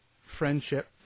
friendship